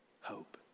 hope